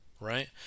right